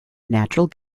natural